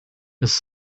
his